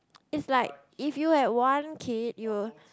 it's like if you had one kid you will